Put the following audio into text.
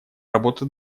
работу